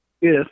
Yes